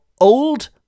old